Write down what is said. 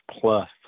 plus